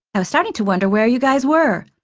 i was starting to wonder where you guys were.